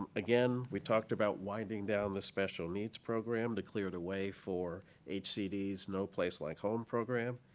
again, we talked about winding down the special needs program to clear the way for hcd's no place like home program.